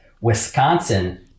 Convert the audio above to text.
Wisconsin